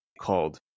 called